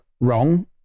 wrong